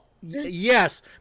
Yes